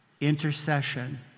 intercession